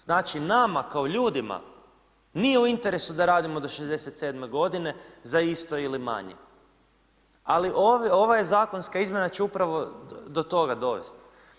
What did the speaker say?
Znači, nama kao ljudima, nije u interesu da radimo do 67.-me godine za isto ili manje, ali ova zakonska izmjena će upravo do toga dovesti.